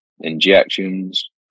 injections